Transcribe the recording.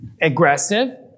aggressive